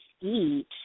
eat